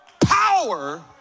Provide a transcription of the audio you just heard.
power